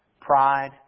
pride